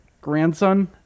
grandson